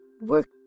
work